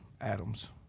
Adams